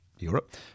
Europe